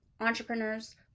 entrepreneurs